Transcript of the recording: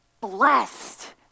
blessed